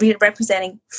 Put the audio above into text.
representing